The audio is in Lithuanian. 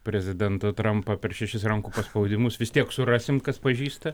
prezidentą trampą per šešis rankų paspaudimus vis tiek surasim kas pažįsta